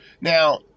Now